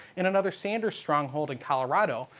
in another sanders stronghold in colorado,